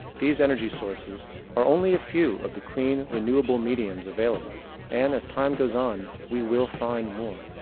these energy sources are only a few of the clean renewable mediums available and as time goes on we will find more.